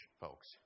folks